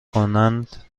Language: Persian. کنند